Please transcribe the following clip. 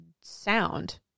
sound